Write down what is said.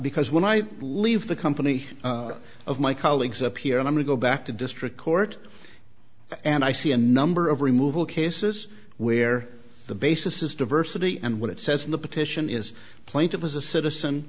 because when i leave the company of my colleagues appear and i'm to go back to district court and i see a number of removal cases where the basis is diversity and what it says in the petition is plaintiff as a citizen